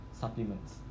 supplements